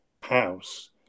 house